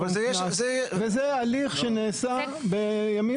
זה הליך שנעשה בימים אלה.